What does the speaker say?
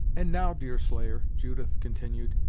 and now, deerslayer, judith continued,